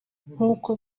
nk’uko